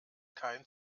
kein